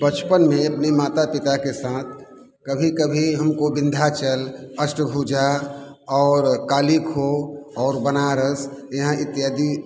बचपन में अपने माता पिता के साथ कभी कभी हमको बिंध्याचल अष्टभुजा और काली खोह और बनारस यहाँ इत्यादि